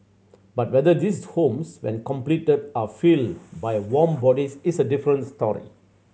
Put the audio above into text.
but whether these homes when completed are filled by warm bodies is a different story